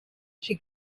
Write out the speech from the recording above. she